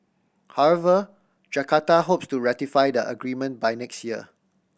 however Jakarta hopes to ratify the agreement by next year